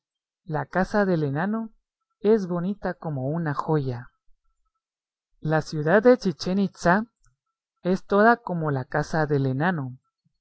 la casa del enano es bonita como una joya la ciudad de chichén itzá es toda como la casa del enano